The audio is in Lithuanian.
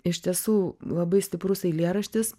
iš tiesų labai stiprus eilėraštis